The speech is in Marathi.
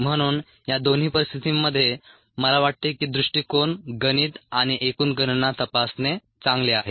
म्हणून या दोन्ही परिस्थितींमध्ये मला वाटते की दृष्टीकोन गणित आणि एकूण गणना तपासणे चांगले आहे